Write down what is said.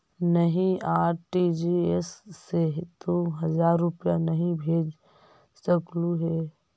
नहीं, आर.टी.जी.एस से तू हजार रुपए नहीं भेज सकलु हे